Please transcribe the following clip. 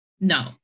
no